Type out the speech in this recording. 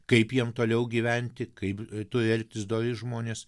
kaip jiem toliau gyventi kaip turi elgtis dori žmonės